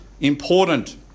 important